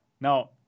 Now